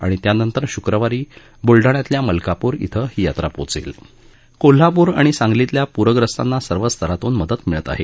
आणि त्यानंतर शुक्रवारी बुलडाण्यातल्या मलकापूर कोल्हापूर आणि सांगलीतल्या पूरग्रस्तांना सर्व स्तरातून मदत मिळत आहे